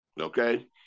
okay